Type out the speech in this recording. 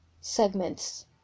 segments